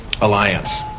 Alliance